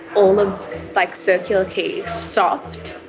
all of like circular quay stopped,